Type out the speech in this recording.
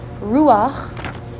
Ruach